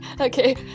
Okay